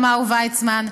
אמר ויצמן,